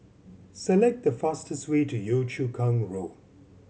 select the fastest way to Yio Chu Kang Road